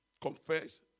confess